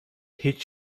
هیچ